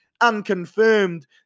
Unconfirmed